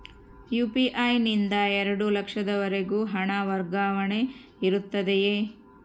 UPI ನಿಂದ ಎರಡು ಲಕ್ಷದವರೆಗೂ ಹಣ ವರ್ಗಾವಣೆ ಇರುತ್ತದೆಯೇ?